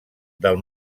del